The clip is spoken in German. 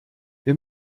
wir